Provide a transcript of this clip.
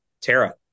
Tara